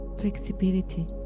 flexibility